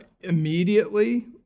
immediately